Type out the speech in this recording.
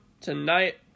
tonight